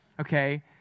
okay